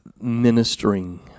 ministering